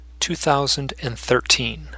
2013